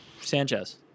Sanchez